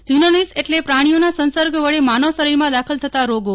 zoonosis એટલે પ્રાણીઓના સંસર્ગ વડે માનવ શરીરમાં દાખલ થતાં તત્યો